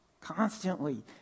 constantly